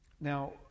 Now